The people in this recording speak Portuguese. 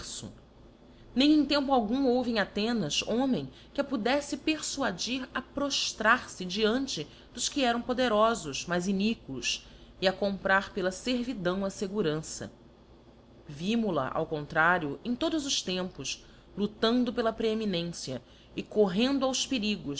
berço nem crn tempo algum houve em athenas homem que a poaeífe perfuadir a proftrar fe diante dos que eram poderofos mas iníquos e a comprar pela fervidão a fegutança vimol a ao contrario em todos os tempos ludando pela preeminência e correndo aos perigos